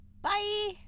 Bye